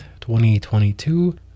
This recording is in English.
2022